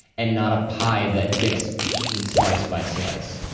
and not a pie that gets eaten slice by slice.